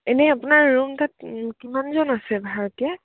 এনেই আপোনাৰ ৰুম তাত কিমানজন আছে ভাৰাতীয়া